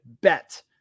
bet